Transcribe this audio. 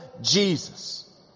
Jesus